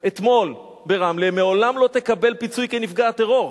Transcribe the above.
אתמול ברמלה לעולם לא תקבל פיצוי כנפגעת טרור,